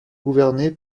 gouverné